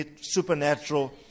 supernatural